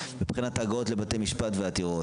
מבחינת ההגעות לבית משפט ועתירות.